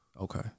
Okay